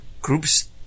groups